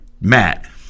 Matt